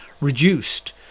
reduced